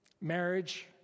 marriage